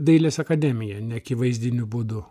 dailės akademiją neakivaizdiniu būdu